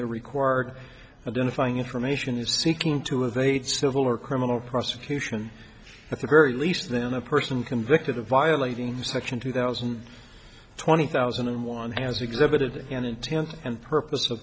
the required identifying information is seeking to evade civil or criminal prosecution at the very least then a person convicted of violating section two thousand twenty thousand and one has exhibited an intent and purpose